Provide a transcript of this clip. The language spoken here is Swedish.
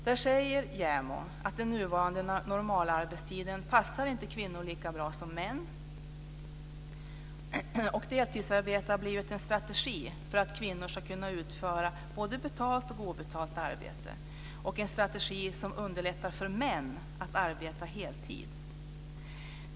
JämO säger att den nuvarande normalarbetstiden inte passar kvinnor lika bra som män och att deltidsarbete har blivit en strategi för att kvinnor ska kunna utföra både betalt och obetalt arbete, en strategi som underlättar för män att arbeta heltid.